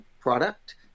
product